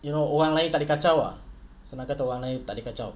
you know orang lain tak boleh kacau ah senang kata orang lain tak boleh kacau